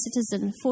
citizen